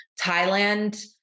Thailand